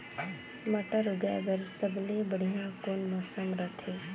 मटर उगाय बर सबले बढ़िया कौन मौसम रथे?